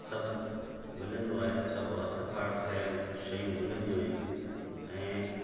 सभु मिलंदो आहे सभु हथ खां ठहियल शयूं मिलंदियूं आहिनि ऐं